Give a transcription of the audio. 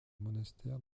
monastères